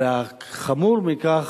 חמור מכך,